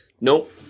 Nope